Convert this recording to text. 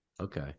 Okay